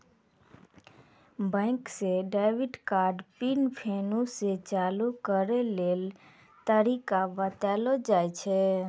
बैंके से debit card PIN फेरु से चालू करै लेली तरीका बतैलो जाय छै